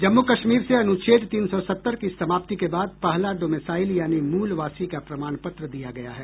जम्मू कश्मीर से अनुच्छेद तीन सौ सत्तर की समाप्ति के बाद पहला डोमेसाइल यानी मूलवासी का प्रमाण पत्र दिया गया है